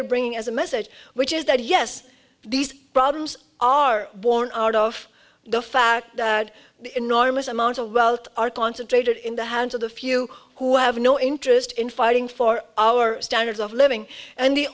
are bringing as a message which is that yes these problems are born out of the fact that enormous amounts of wealth are concentrated in the hands of the few who have no interest in fighting for our standard of living and the